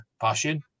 passion